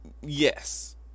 Yes